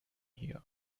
here